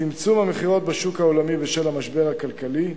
צמצום המכירות בשוק העולמי בשל המשבר הכלכלי,